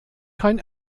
kein